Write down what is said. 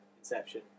Inception